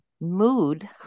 mood